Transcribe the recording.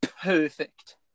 Perfect